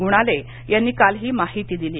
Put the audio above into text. गुणाले यांनी काल ही माहिती दिली